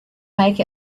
make